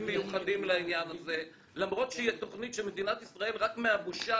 מיוחדים לעניין הזה למרות שהיא תוכנית שמדינת ישראל רק מהבושה